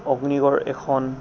অগ্নিগড় এখন